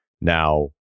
Now